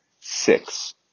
six